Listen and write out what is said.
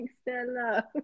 Stella